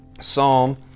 Psalm